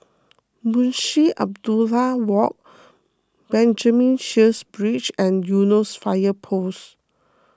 Munshi Abdullah Walk Benjamin Sheares Bridge and Eunos Fire Post